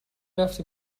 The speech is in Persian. رفتی